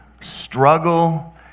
Struggle